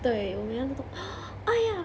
对我们要那种 !aiya!